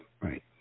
Right